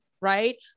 right